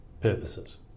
purposes